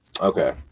Okay